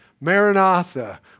Maranatha